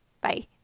Bye